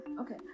Okay